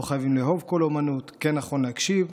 לא חייבים לאהוב כל אומנות, כן נכון להקשיב.